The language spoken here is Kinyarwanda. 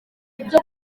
ibyo